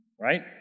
Right